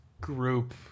group